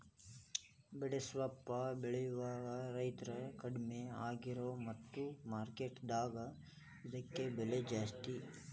ಬಡೆಸ್ವಪ್ಪು ಬೆಳೆಯುವ ರೈತ್ರು ಕಡ್ಮಿ ಆಗ್ಯಾರ ಮತ್ತ ಮಾರ್ಕೆಟ್ ದಾಗ ಇದ್ಕ ಬೆಲೆ ಜಾಸ್ತಿ